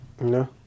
No